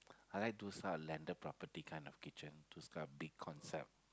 I like to sell landed property kind of kitchen those type of big concept